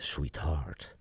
Sweetheart